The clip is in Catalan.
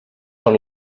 per